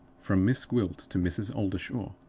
from miss gwilt to mrs. oldershaw.